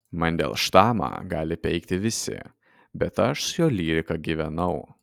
mandelštamą gali peikti visi bet aš su jo lyrika gyvenau